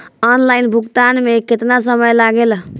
Online भुगतान में केतना समय लागेला?